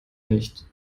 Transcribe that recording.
nicht